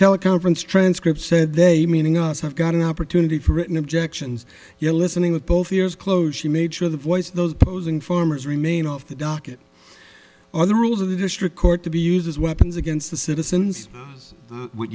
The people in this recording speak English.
teleconference transcripts said they meaning us have got an opportunity for written objections you're listening with both ears close she made sure the voice of those opposing farmers remain off the docket all the rules of the district court to be used as weapons against the citizens is what